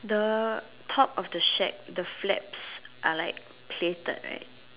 the top of the shed the flaps are like platted right